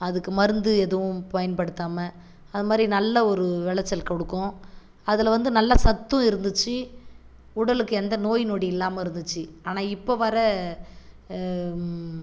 அதுக்கு மருந்து எதுவும் பயன்படுத்தாமல் அது மாரி நல்ல ஒரு விளைச்சல் கொடுக்கும் அதில் வந்து நல்ல சத்தும் இருந்துச்சு உடலுக்கு எந்த நோய்நொடி இல்லாமல் இருந்துச்சு ஆனால் இப்போ வர